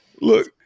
look